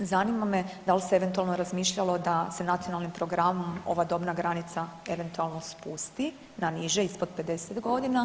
Zanima me da li se eventualno razmišljalo da se nacionalnim programom ova dobna granica eventualno spusti na niže ispod 50 godina?